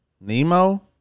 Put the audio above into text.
Nemo